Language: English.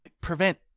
Prevent